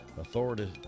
Authorities